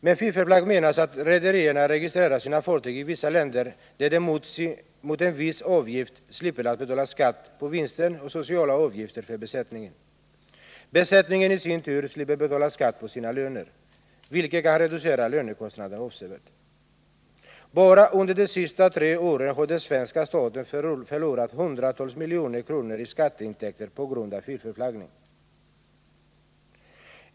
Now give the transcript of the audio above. Med fiffelflagg menas att rederierna registrerar sina fartyg i vissa länder där de mot en viss avgift slipper att betala skatt på vinsten och sociala avgifter för besättningen. Besättningen i sin tur slipper betala skatt på sina löner, vilket kan reducera lönekostnaderna avsevärt. Bara under de senaste tre åren har den svenska staten förlorat hundratals miljoner kronor i skatteintäkter på grund av fiffelflaggning.